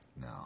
No